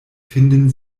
finden